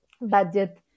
budget